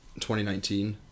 2019